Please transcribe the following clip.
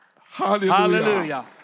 Hallelujah